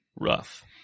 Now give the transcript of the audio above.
rough